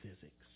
physics